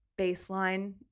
baseline